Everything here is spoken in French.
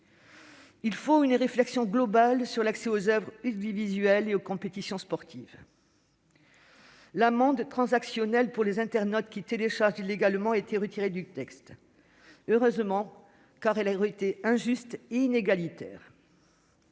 Il faut une réflexion globale sur l'accès aux oeuvres audiovisuelles et aux compétitions sportives. L'amende transactionnelle pour les internautes qui téléchargent illégalement a été retirée du texte. C'est heureux, car elle aurait été injuste et inégalitaire.